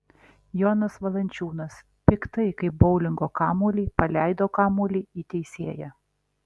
jonas valančiūnas piktai kaip boulingo kamuolį paleido kamuolį į teisėją